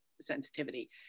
sensitivity